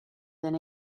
than